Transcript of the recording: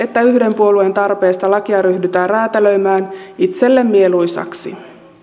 että yhden puolueen tarpeesta lakia ryhdytään räätälöimään itselle mieluisaksi